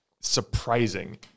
surprising